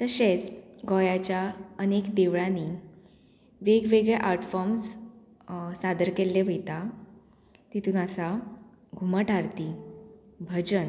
तशेंच गोंयाच्या अनेक देवळांनी वेगवेगळे आर्ट फॉर्म्स सादर केल्ले वयता तितून आसा घुमट आरती भजन